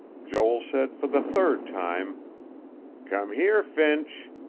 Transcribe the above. joel said for the third time come here, finch.